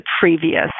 previous